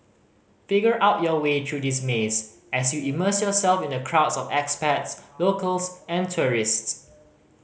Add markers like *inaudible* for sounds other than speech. figure out your way through this maze as you immerse yourself in the crowds of *unintelligible* locals and tourists